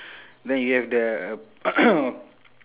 then you have the